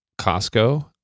Costco